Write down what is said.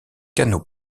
canaux